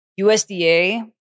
USDA